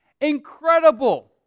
Incredible